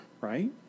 right